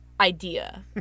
idea